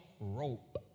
rope